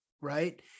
right